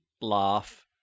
laugh